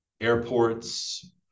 airports